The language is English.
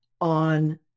on